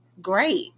great